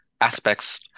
aspects